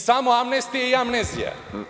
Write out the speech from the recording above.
Samo amnestija i amnezija.